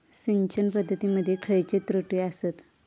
सिंचन पद्धती मध्ये खयचे त्रुटी आसत?